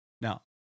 Now